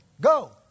Go